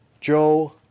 Joe